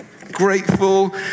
grateful